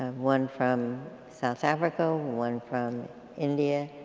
ah one from south africa, one from india